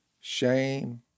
shame